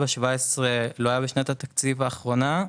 4-17 לא היה בשנת התקציב האחרונה.